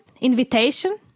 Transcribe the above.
invitation